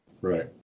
Right